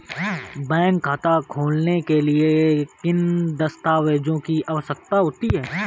Bank खाता खोलने के लिए किन दस्तावेजों की आवश्यकता होती है?